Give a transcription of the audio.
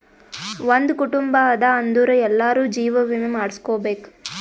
ಒಂದ್ ಕುಟುಂಬ ಅದಾ ಅಂದುರ್ ಎಲ್ಲಾರೂ ಜೀವ ವಿಮೆ ಮಾಡುಸ್ಕೊಬೇಕ್